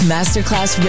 Masterclass